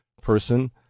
person